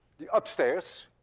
the upstairs,